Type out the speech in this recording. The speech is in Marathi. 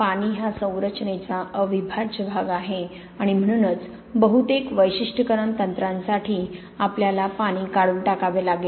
पाणी हा संरचनेचा अविभाज्य भाग आहे आणि म्हणूनच बहुतेक वैशिष्ट्यीकरण तंत्रांसाठी आपल्याला पाणी काढून टाकावे लागेल